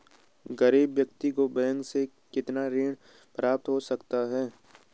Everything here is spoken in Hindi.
गरीब व्यक्ति को बैंक से कितना ऋण प्राप्त हो सकता है?